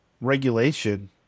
regulation